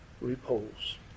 repose